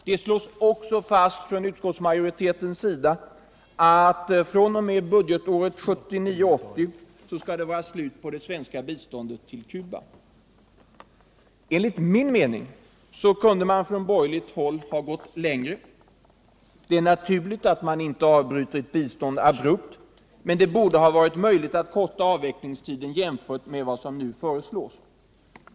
Det slås också fast från utskottsmajoritetens sida att från och med budgetåret 1979/80 skall det vara slut på det svenska biståndet till Cuba. Enligt min mening kunde man från borgerligt håll ha gått längre. Det är naturligt att man inte avbryter ett bistånd abrupt, men det borde ha varit möjligt att korta avvecklingstiden jämfört med vad som nu föreslås.